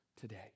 today